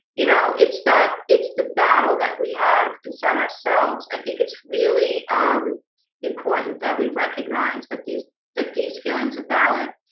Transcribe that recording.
you know, it's that it's the battle that we have inside ourselves i think it's really um important that we recognize that these these feelings are valid